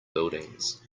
buildings